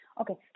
Okay